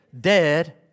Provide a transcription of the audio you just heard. Dead